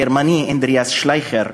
הגרמני אנדריאס שלייכר,